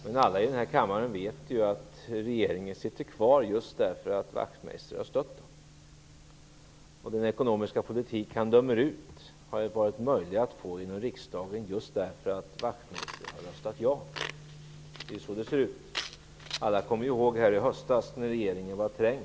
Men alla i denna kammare vet ju att regeringen sitter kvar just för att Wachtmeister har stött den. Den ekonomiska politk som han dömer ut har varit möjligt att få igenom i riksdagen just därför att Wachtmeister har röstat ja till den. Så ser det ut. Alla minns hur det var i höstas när regeringen var trängd.